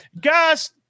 Guys